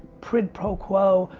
quid pro quo,